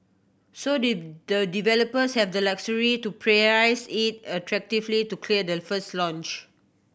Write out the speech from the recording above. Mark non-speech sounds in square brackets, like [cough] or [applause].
so the the developers have the luxury to [unintelligible] it attractively to clear the first launch